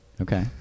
Okay